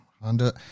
Honda